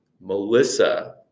melissa